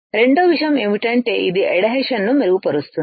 రెండవ విషయం ఏమిటంటే ఇది ఎడ్హెషన్ ను మెరుగుపరుస్తుంది